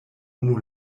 unu